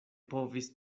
povis